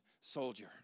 soldier